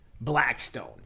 Blackstone